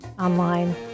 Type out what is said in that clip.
online